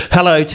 Hello